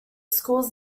schools